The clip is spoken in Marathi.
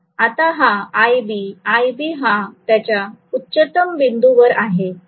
आता हा iB iB हा त्याच्या उच्चतम बिंदूवर आहे